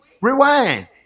Rewind